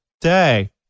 day